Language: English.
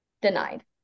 denied